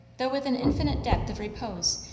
though with an infinite depth of repose,